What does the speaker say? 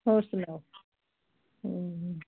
ਹੋਰ ਸੁਣਾਓ